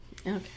Okay